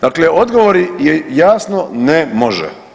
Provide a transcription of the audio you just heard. Dakle, odgovori je jasno ne može.